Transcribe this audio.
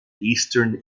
eastern